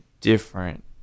different